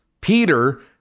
Peter